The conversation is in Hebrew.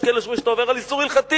יש כאלה שחושבים שאתה עובר איסור הלכתי.